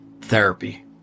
therapy